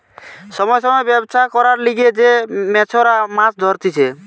সময় সময় ব্যবছা করবার লিগে যে মেছোরা মাছ ধরতিছে